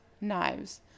knives